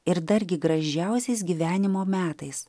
ir dargi gražiausiais gyvenimo metais